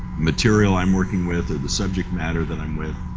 material i'm working with or the subject matter that i'm with.